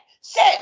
sit